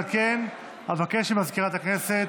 על כן, אבקש ממזכירת הכנסת,